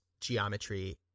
geometry